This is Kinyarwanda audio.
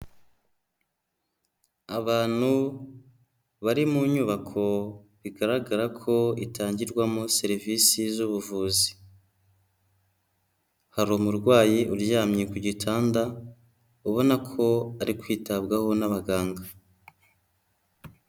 Abantu bari mu nyubako bigaragara ko itangirwamo serivisi z'ubuvuzi, hari umurwayi uryamye ku gitanda ubona ko ari kwitabwaho n'abaganga.